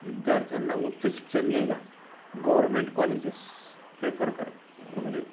विद्यार्थ्यांना उच्च शिक्षण घ्यायला गव्हर्मेंट कॉलेजेस प्रेफर करतात म्हणजे